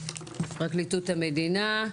פרקליטות המדינה,